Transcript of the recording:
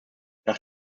nach